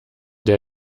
der